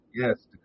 Yes